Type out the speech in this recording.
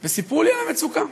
וסיפרו לי על המצוקה.